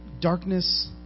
Darkness